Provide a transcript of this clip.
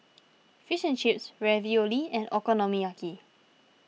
Fish and Chips Ravioli and Okonomiyaki